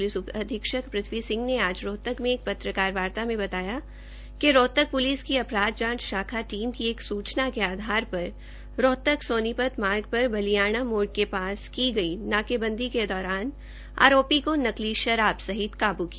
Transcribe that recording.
police उप अधीक्षक पृथवी सिंह ने आज रोहतक में एक पत्रकार वार्ता में बताया िक रोहतक प्लिस जांच अपराध शाखा टीम की एक सूचना के आधार पर रोहतक सोनीपत मार्गपर बलियाणा मोड़ के पास की गई नाकेबंदी के दौरान आरोपी नकली शराब सहित काबू किया